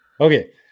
Okay